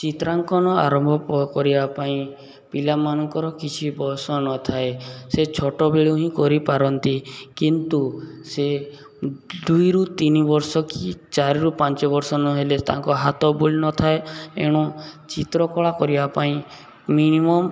ଚିତ୍ରାଙ୍କନ ଆରମ୍ଭ କରିବା ପାଇଁ ପିଲାମାନଙ୍କର କିଛି ବୟସ ନଥାଏ ସେ ଛୋଟବେଳୁ ହିଁ କରିପାରନ୍ତି କିନ୍ତୁ ସେ ଦୁଇରୁ ତିନି ବର୍ଷ କି ଚାରିରୁ ପାଞ୍ଚ ବର୍ଷ ନହେଲେ ତାଙ୍କ ହାତ ବୁଲି ନଥାଏ ଏଣୁ ଚିତ୍ରକଳା କରିବା ପାଇଁ ମିନିମମ୍